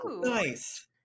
nice